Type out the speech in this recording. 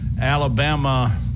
Alabama